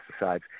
pesticides